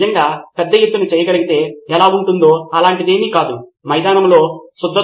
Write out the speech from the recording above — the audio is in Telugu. నితిన్ కురియన్ ఒక రకమైన బహుమతి ఇవ్వాలని నేను అనుకుంటున్నాను ఎందుకంటే ఇది తరగతి గదిలోనే నిర్వహించబడే చర్య